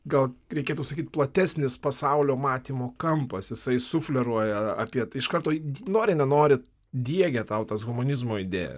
gal reikėtų sakyt platesnis pasaulio matymo kampas jisai sufleruoja apie tai iš karto nori nenori diegia tau tas humanizmo idėjas